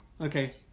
Okay